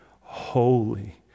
holy